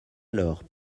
alors